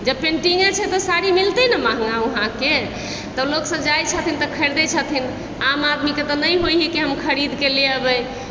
जब पेन्टिङ्गे छै तऽ साड़ी मिलतै ने महङ्गा उहाँके तऽ लोक सभ जाइत छथिन तऽ खरीदै छथिन आदमीके तऽ नहि होइ हय कि हम खरीदके लअ एबै